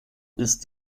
ist